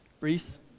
Reese